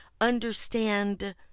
understand